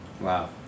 Wow